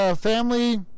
family